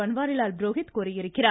பன்வாரிலால் புரோஹித் கூறியிருக்கிறார்